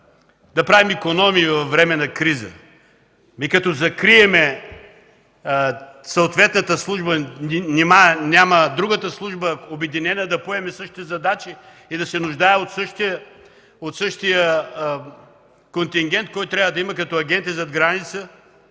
да правим икономии във време на криза? Като закрием съответната служба нима няма другата обединена служба да поеме същите задачи и да се нуждае от същия контингент, който трябва да има като агенти зад граница,